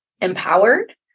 empowered